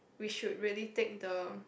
we should really take the